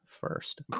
first